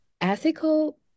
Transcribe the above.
ethical